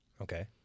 Okay